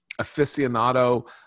aficionado